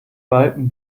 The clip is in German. balken